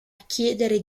chiedere